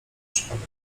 przypadek